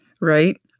Right